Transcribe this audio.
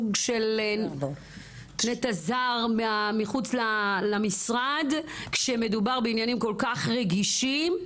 נטע זר מחוץ למשרד כשמדובר בעניינים כל כך רגישים,